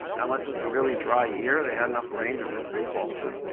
unless it was a really dry year, they had enough rain to rinse the salts out.